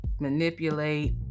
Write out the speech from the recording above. manipulate